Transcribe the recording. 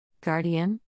Guardian